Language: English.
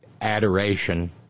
adoration